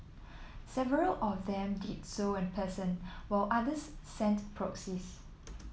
several of them did so in person while others sent proxies